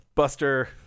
Buster